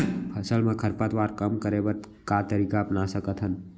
फसल मा खरपतवार कम करे बर का तरीका अपना सकत हन?